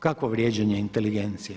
Kakvo vrijeđanje inteligencije?